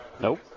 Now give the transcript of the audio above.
Nope